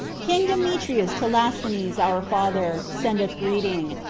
king demetrus to lasthenes our father, sendeth greeting.